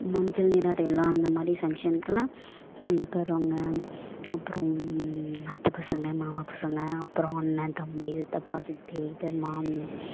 மஞ்சள் நீராட்டு விழா அந்தமாதிரி ஃபங்க்ஷனுக்கு எல்லாம் சொந்தக்காரவங்க அப்புறம் அத்த பசங்க மாமா பசங்க அப்புறம் அண்ணன் தம்பி சித்தப்பா சித்தி அப்புறம் மாமி